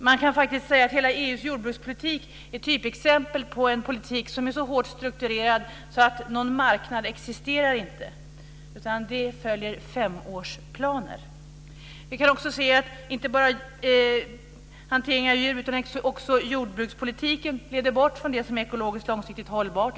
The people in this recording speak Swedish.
Man kan faktiskt säga att hela EU:s jordbrukspolitik är typexempel på en politik som är så hårt strukturerad att någon marknad inte existerar utan att den följer femårsplaner. Vi kan också se att inte bara hanteringen av djur utan också jordbrukspolitiken leder bort från det som är ekologiskt långsiktigt hållbart.